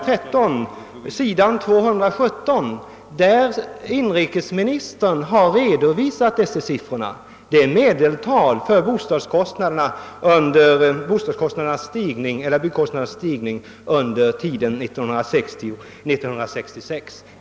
13, s. 217, där inrikesministern redovisar medeltalen för bostadskostnadernas stegring under tiden 1960—1966!